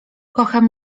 kocham